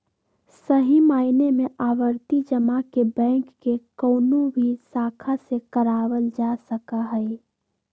सही मायने में आवर्ती जमा के बैंक के कौनो भी शाखा से करावल जा सका हई